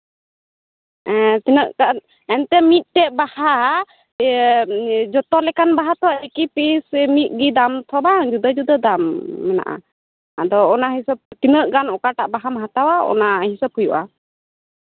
ᱛᱤᱱᱟᱹᱜ ᱜᱟᱱ ᱮᱱᱛᱮᱜ ᱢᱤᱫᱴᱮᱡ ᱵᱟᱦᱟ ᱡᱚᱛᱚ ᱞᱮᱠᱟᱱ ᱵᱟᱦᱟ ᱛᱚ ᱮᱠᱤ ᱥᱮ ᱢᱤᱫᱜᱮ ᱫᱟᱢ ᱛᱚ ᱵᱟᱝ ᱡᱩᱫᱟᱹ ᱡᱩᱫᱟᱹ ᱫᱟᱢ ᱢᱮᱱᱟᱜᱼᱟ ᱟᱫᱚ ᱚᱱᱟ ᱦᱤᱥᱟᱹᱵᱛᱮ ᱛᱤᱱᱟᱹᱜ ᱜᱟᱱ ᱚᱠᱟᱴᱟᱜ ᱵᱟᱦᱟᱢ ᱦᱟᱛᱟᱣᱟ ᱚᱱᱟ ᱦᱤᱥᱟᱹᱵ ᱦᱩᱭᱩᱜᱼᱟ